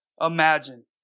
imagine